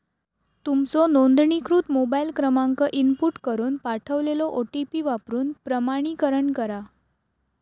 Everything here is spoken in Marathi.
तुमचो नोंदणीकृत मोबाईल क्रमांक इनपुट करून पाठवलेलो ओ.टी.पी वापरून प्रमाणीकरण करा